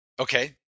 okay